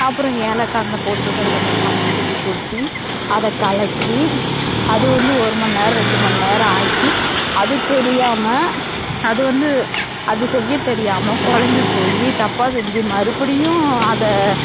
அப்றம் ஏலக்காய் அந்த போட்டிருக்கறத அந்த வாசத்துக்கு கொட்டி அதை கலக்கி அது வந்து ஒரு மணி நேரம் ரெண்டு மணி நேரம் ஆக்கி அது தெரியாமல் அது வந்து அது செய்யத் தெரியாமல் கொழம்பி போய் தப்பாக செஞ்சு மறுபடியும் அதை